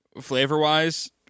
Flavor-wise